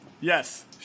yes